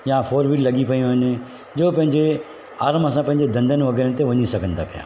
या four wheeler लॻियूं पयूं आहिनि जो पंहिंजे आराम सां पंहिंजे धंधनि वग़ैरहनि ते वञी सघनि था पिया